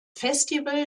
festival